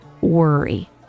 worry